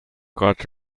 guard